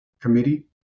Committee